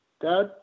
Dad